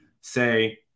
say